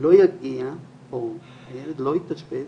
לא יגיע או הילד לא יתאשפז,